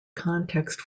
context